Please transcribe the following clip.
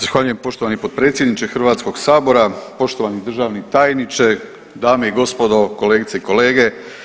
Zahvaljujem poštovani potpredsjedniče Hrvatskog sabora, poštovani državni tajniče, dame i gospodo kolegice i kolege.